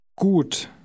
Gut